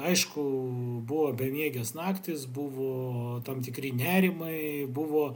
aišku buvo bemiegės naktys buvo tam tikri nerimai buvo